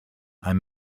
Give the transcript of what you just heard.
i’m